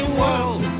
world